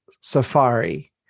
safari